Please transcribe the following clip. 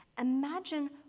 imagine